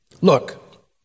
Look